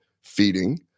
feeding